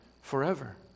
forever